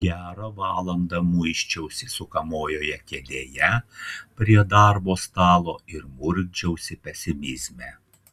gerą valandą muisčiausi sukamojoje kėdėje prie darbo stalo ir murkdžiausi pesimizme